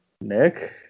Nick